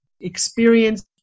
experience